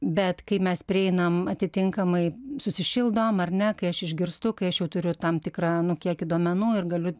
bet kai mes prieinam atitinkamai susišildom ar ne kai aš išgirstu kai aš jau turiu tam tikrą nu kiekį duomenų ir galiu